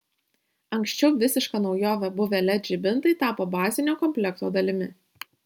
anksčiau visiška naujove buvę led žibintai tapo bazinio komplekto dalimi